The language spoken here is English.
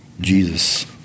Jesus